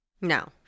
No